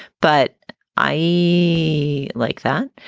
but i see like that.